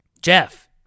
Jeff